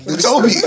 Toby